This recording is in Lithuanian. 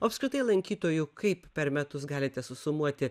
o apskritai lankytojų kaip per metus galite susumuoti